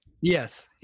yes